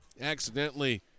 accidentally